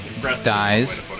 dies